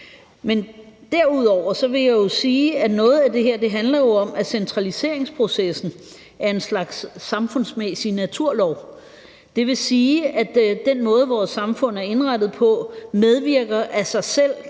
det her jo handler om, at centraliseringsprocessen er en slags samfundsmæssig naturlov. Det vil sige, at den måde, vores samfund er indrettet på, af sig selv